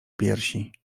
piersi